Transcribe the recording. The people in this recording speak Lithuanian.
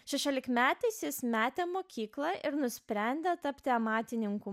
šešiolikmetis jis metė mokyklą ir nusprendė tapti amatininkų